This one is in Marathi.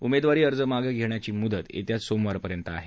उमेदवारी अर्ज मागं घेण्याची मुदत येत्या सोमवारपर्यंत आहे